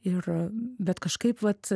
ir bet kažkaip vat